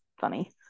funny